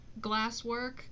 glasswork